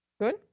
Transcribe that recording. Good